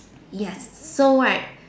yes so right